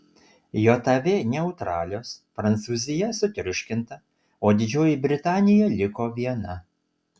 jav neutralios prancūzija sutriuškinta o didžioji britanija liko viena